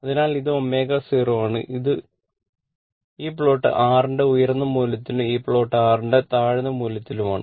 അതിനാൽ ഇത് ω0 ആണ് ഈ പ്ലോട്ട് R ന്റെ ഉയർന്ന മൂല്യത്തിനും ഈ പ്ലോട്ട് R ന്റെ താഴ്ന്ന മൂല്യത്തിനുമുള്ളതാണ്